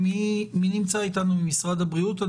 מי נמצא איתנו ממשרד הבריאות?